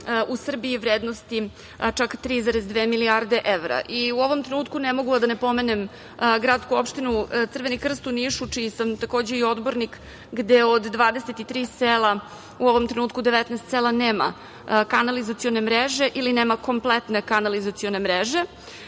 u Srbiji u vrednosti od 3,2 milijarde evra i u ovom trenutku ne mogu da ne pomenem gradsku opštinu Crveni krst u Nišu, čiji sam takođe odbornik, gde od 23 sela u ovom trenutku 19 sela nema kanalizacione mreže ili nema kompletne kanalizacione mreže. Ovaj